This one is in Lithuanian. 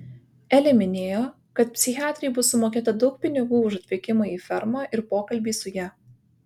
elė minėjo kad psichiatrei bus sumokėta daug pinigų už atvykimą į fermą ir pokalbį su ja